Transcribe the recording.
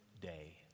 day